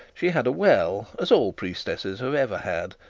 she had a well, as all priestesses have ever had,